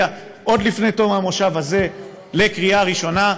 עוד לפני תום המושב הזה לקריאה הראשונה,